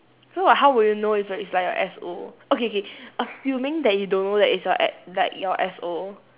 so like how would you know if it's it's like your S_O okay K assuming that you don't know that it's your like your S_O